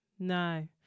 No